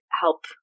help